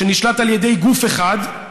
שנשלט על ידי גוף אחד,